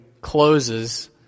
closes